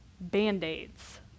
band-aids